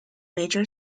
major